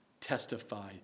testify